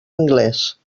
anglés